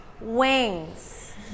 wings